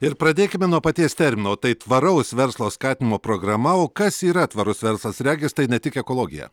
ir pradėkime nuo paties termino tai tvaraus verslo skatinimo programa o kas yra tvarus verslas regis tai ne tik ekologija